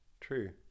True